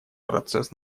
процесс